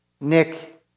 Nick